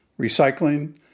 recycling